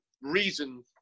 reason